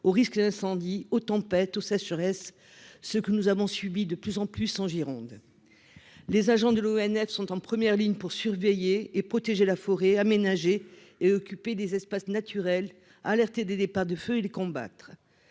au risque d'incendie aux tempêtes ou ça serait-ce ce que nous avons subi de plus en plus en Gironde, les agents de l'ONF sont en première ligne pour surveiller et protéger la forêt et occuper des espaces naturels alerter des départs de feu et les combattre,